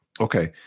Okay